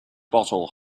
bottle